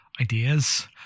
ideas